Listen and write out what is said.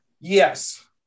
Yes